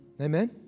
Amen